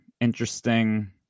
interesting